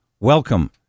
Welcome